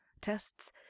tests